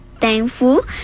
Thankful